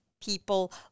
people